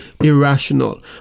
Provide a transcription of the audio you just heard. irrational